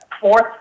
fourth